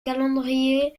calendrier